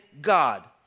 God